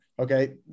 okay